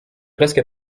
presque